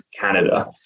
Canada